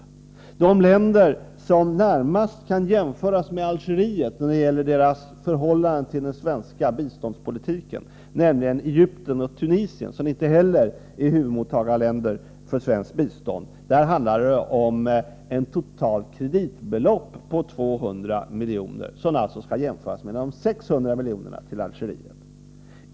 För de länder som närmast kan jämföras med Algeriet när det gäller förhållandet till den svenska biståndspolitiken, nämligen Egyptien och Tanzania, som inte heller är huvudmottagarländer för svenskt bistånd, handlar det om ett totalt kreditbelopp på 200 milj.kr. Det skall jämföras med de 600 miljonerna till Algeriet.